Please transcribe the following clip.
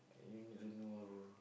you don't know ah bro